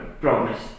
promise